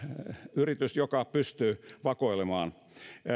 yritys joka pystyy vakoilemaan